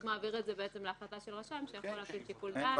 הוא מעביר להחלטה של רשם שיכול להפעיל שיקול דעת.